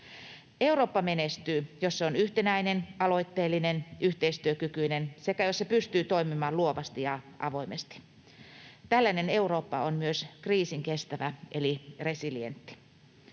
Eurooppa menestyy, jos se on yhtenäinen, aloitteellinen, yhteistyökykyinen sekä jos se pystyy toimimaan luovasti ja avoimesti. Tällainen Eurooppa on myös kriisinkestävä eli resilientti.